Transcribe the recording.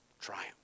Triumph